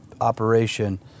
operation